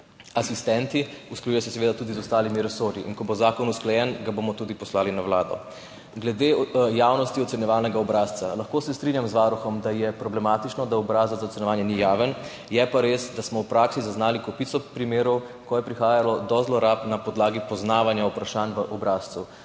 asistenti, usklajuje se seveda tudi z ostalimi resorji. Ko bo zakon usklajen, ga bomo tudi poslali na Vlado. Glede javnosti ocenjevalnega obrazca. Lahko se strinjam z Varuhom, da je problematično, da obrazec za ocenjevanje ni javen, je pa res, da smo v praksi zaznali kopico primerov, ko je prihajalo do zlorab na podlagi poznavanja vprašanj v obrazcu.